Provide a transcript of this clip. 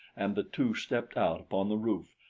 and the two stepped out upon the roof,